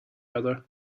other